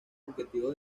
objetivos